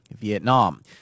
Vietnam